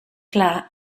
clar